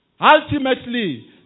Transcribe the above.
Ultimately